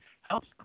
helps